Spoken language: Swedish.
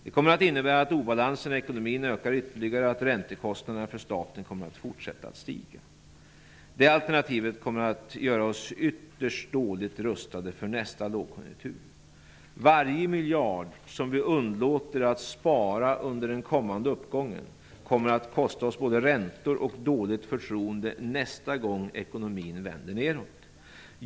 Det kommer att innebära att obalansen i ekonomin ökar ytterligare, och räntekostnaderna för staten kommer att fortsätta att stiga. Det alternativet kommer att göra oss ytterst dåligt rustade för nästa lågkonjunktur. Varje miljard som vi underlåter att spara under den kommande uppgången kommer att kosta oss både räntor och dåligt förtroende nästa gång ekonomin vänder nedåt.